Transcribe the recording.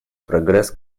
прогресс